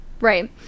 Right